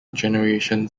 generation